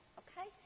okay